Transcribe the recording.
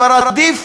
כבר עדיף